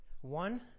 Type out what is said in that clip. one